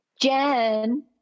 jen